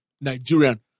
Nigerian